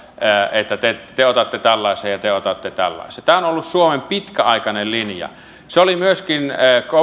että te te otatte tällaisen ja te otatte tällaisen tämä on ollut suomen pitkäaikainen linja se oli myöskin